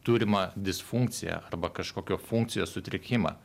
turimą disfunkciją arba kažkokio funkcijos sutrikimą